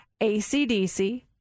acdc